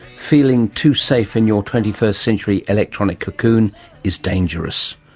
feeling too safe in your twenty first century electronic cocoon is dangerous.